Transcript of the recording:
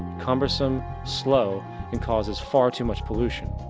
cumbersome, slow and causes far too much pollution.